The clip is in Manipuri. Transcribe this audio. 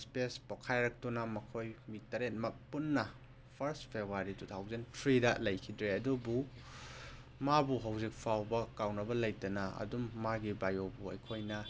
ꯏꯁꯄꯦꯁ ꯄꯣꯛꯈꯥꯏꯔꯛꯇꯨꯅ ꯃꯈꯣꯏ ꯃꯤ ꯇꯔꯦꯠꯃꯛ ꯄꯨꯟꯅ ꯐꯥꯔꯁ ꯐꯦꯕ꯭ꯋꯥꯔꯤ ꯇꯨ ꯊꯥꯎꯖꯟ ꯊ꯭ꯔꯤꯗ ꯂꯩꯈꯤꯗ꯭ꯔꯦ ꯑꯗꯨꯕꯨ ꯃꯥꯕꯨ ꯍꯧꯖꯤꯛ ꯐꯥꯎꯕ ꯀꯥꯎꯅꯕ ꯂꯩꯇꯅ ꯑꯗꯨꯝ ꯃꯥꯒꯤ ꯕꯥꯑꯣꯕꯨ ꯑꯩꯈꯣꯏꯅ